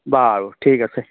বাৰু ঠিক আছে